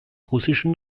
russischen